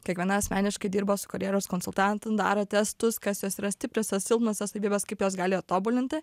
kiekviena asmeniškai dirbo su karjeros konsultantu darė testus kas jos yra stipriosios silpnosios savybės kaip jos gali tobulinti